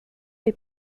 est